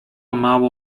mało